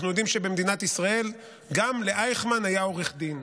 אנחנו יודעים שבמדינת ישראל גם לאייכמן היה עורך דין.